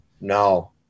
No